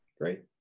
Great